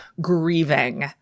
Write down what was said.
grieving